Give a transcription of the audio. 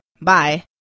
bye